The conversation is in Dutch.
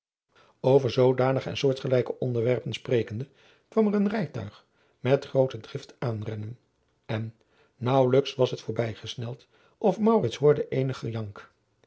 over zoodanige en soortgelijke onderwerpen sprekende kwam er een rijtuig met groote drift aanrennen en naauwelijks was het voorbijgesneld of maurits hoorde eenig gejank